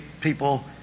people